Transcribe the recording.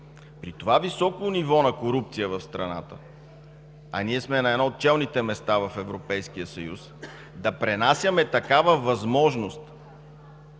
При това високо ниво на корупция в страната, а ние сме на едно от челните места в Европейския съюз, да пренасяме такава възможност